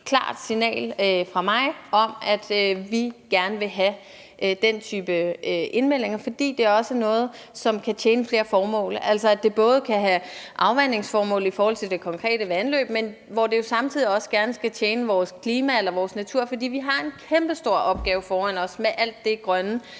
er et helt klart signal fra mig om, at vi gerne vil have den type indmeldinger, fordi det også er noget, som kan tjene flere formål. Det kan både have et afvandingsformål i forhold til det konkrete vandløb, men det skal samtidig også gerne tjene vores klima og vores natur, for vi har en kæmpe stor opgave foran os med alt det grønne,